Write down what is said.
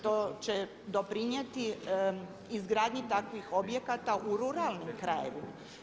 To će doprinijeti izgradnji takvih objekata u ruralnim krajevima.